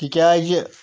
تِکیٛازِ